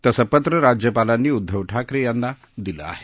तसं पत्र राज्यपालांनी उद्ध्व ठाकरे यांना दिलं आहे